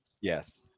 Yes